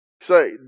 Say